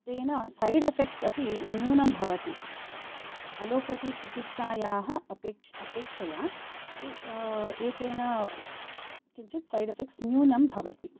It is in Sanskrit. तेन सैड् एफेक्ट्स् अपि न्यूनं भवति अलोपति चिकित्सायाः अपेक्षया एतेन किञ्चित् सैड् एफेक्ट्स् न्यूनं भवति